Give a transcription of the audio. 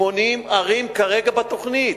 80 ערים כרגע בתוכנית.